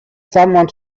someone